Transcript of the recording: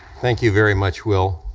thank you very much, will.